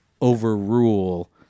overrule